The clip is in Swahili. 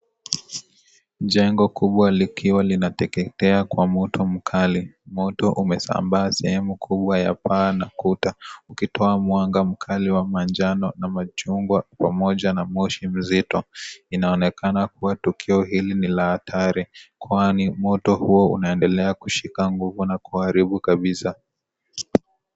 Jengo kubwa likiwa linateketea kwa moto mkali. Moto umesambaa sehemu kubwa ya paa na ukuta ukitoa mwanga mkali na manjano na machungwa pamoja na moshi mzito. Inaonekana kuwa tukio hili ni la hatari kwani moto huo unaendelea kushika nguvu na kuharibu kabisa.